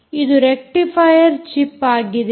ಇದು rectifier chip ಆಗಿದೆ